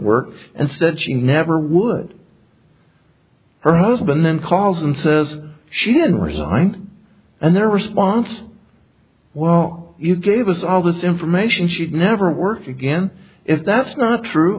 work and said she never would her husband then calls and says she didn't resign and their response well you gave us all this information should never work again if that's